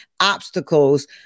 obstacles